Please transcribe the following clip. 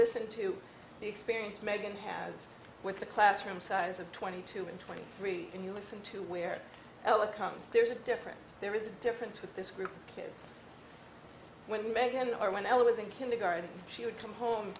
listen to the experience meghan has with the classroom size of twenty two and twenty three when you listen to where ella comes there's a difference there is a difference with this group kids when i when i was in kindergarten she would come home